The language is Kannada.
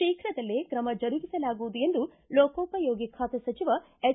ಶೀಘದಲ್ಲೇ ಕ್ರಮ ಜರುಗಿಸಲಾಗುವುದು ಎಂದು ಲೋಕೋಪಯೋಗಿ ಖಾತೆ ಸಚಿವ ಹೆಚ್